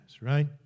right